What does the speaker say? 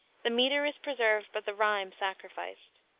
the meter is preserved, but the rhyme sacrificed.